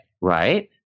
right